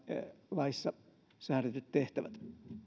laissa säädetyt tehtävät